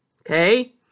okay